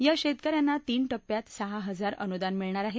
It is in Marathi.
या शेतकऱ्यांना तीन टप्प्यात सहा हजार रुपये अनुदान मिळणार आहे